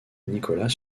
nicolas